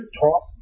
talk